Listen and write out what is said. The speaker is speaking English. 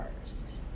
first